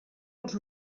els